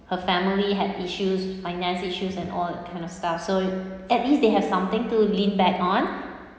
her family had issues finance issues and all that kind of stuff so at least they have something to lean back on